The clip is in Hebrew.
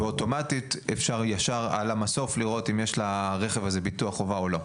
ואוטומטית אפשר ישר על המסוף לראות אם יש לרכב הזה ביטוח חובה או לא,